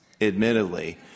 admittedly